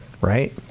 right